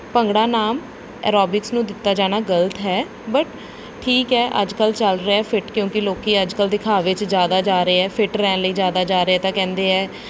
ਭੰਗੜਾ ਨਾਮ ਐਰੋਬਿਕਸ ਨੂੰ ਦਿੱਤਾ ਜਾਣਾ ਗਲਤ ਹੈ ਬਟ ਠੀਕ ਹੈ ਅੱਜ ਕੱਲ ਚੱਲ ਰਿਹਾ ਫਿੱਟ ਕਿਉਂਕਿ ਲੋਕ ਅੱਜ ਕੱਲ ਦਿਖਾਵੇ 'ਚ ਜ਼ਿਆਦਾ ਜਾ ਰਹੇ ਆ ਫਿੱਟ ਰਹਿਣ ਲਈ ਜ਼ਿਆਦਾ ਜਾ ਰਹੇ ਤਾਂ ਕਹਿੰਦੇ ਹੈ